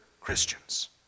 Christians